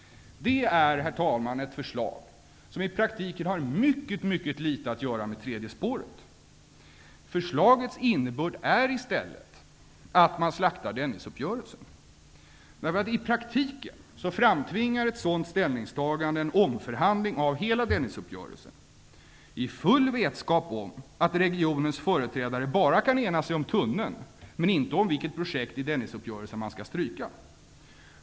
Herr talman! Detta är ett förslag som i praktiken har mycket litet att göra med tredje spåret. Förslagets innebörd är i stället att man slaktar I praktiken framtvingar man med ett sådant ställningstagande en omförhandling av hela Dennisuppgörelsen, i full vetskap om att regionens företrädare bara kan ena sig om tunneln men inte om vilket projekt i Dennisuppgörelsen som man skall stryka.